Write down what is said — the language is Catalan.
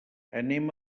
anem